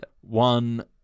One